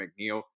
McNeil